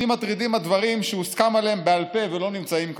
אותי מטרידים הדברים שהוסכם עליהם בעל פה ולא נמצאים כאן.